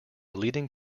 leading